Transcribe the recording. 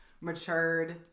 matured